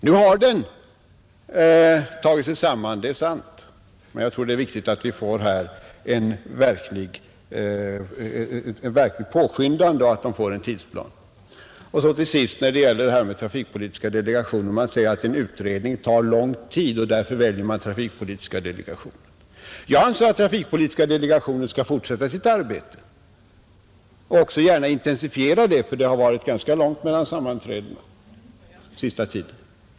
Nu har den tagit sig samman — det är sant — men jag tror det är viktigt att utredningen verkligen påskyndas och får en tidsplan. Till sist vill jag ta upp frågan om trafikpolitiska delegationen. Man säger att en utredning tar lång tid och att man därför väljer trafikpolitiska delegationen för denna uppgift. Jag anser att den skall fortsätta sitt arbete och även gärna intensifiera det, eftersom det har varit ganska långt mellan sammanträdena den sista tiden.